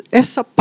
essa